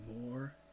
more